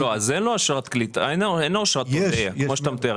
אין לו אשרת עולה כמו שאתה מתאר.